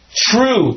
true